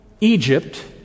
Egypt